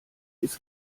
ist